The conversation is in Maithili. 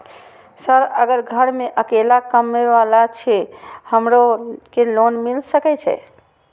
सर अगर घर में अकेला कमबे वाला छे हमरो के लोन मिल सके छे?